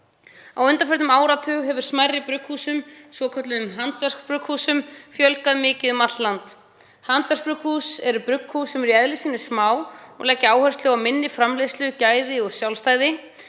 Á undanförnum áratug hefur smærri brugghúsum, svokölluðum handverksbrugghúsum, fjölgað mikið um allt land. Handverksbrugghús eru brugghús sem eru í eðli sínu smá og leggja áherslu á minni framleiðslu, gæði og sjálfstæði.